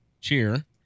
Cheer